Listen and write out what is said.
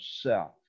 self